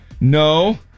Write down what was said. No